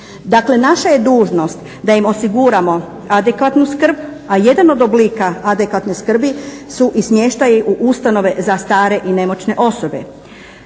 Dakle, naša je dužnost da im osiguramo adekvatnu skrb a jedan od oblika adekvatne skrbi su i smještaj u ustanove za stare i nemoćne osobe.